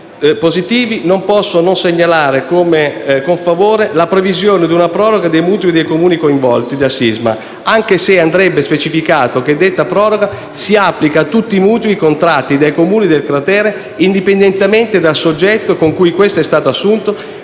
positivi, non posso non segnalare con favore la previsione di una proroga dei mutui dei Comuni coinvolti dal sisma, anche se andrebbe specificato che detta proroga si applica a tutti i mutui contratti dai Comuni del cratere indipendentemente dal soggetto con cui questo è stato assunto: